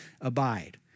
abide